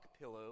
pillow